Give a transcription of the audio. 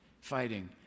fighting